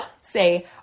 say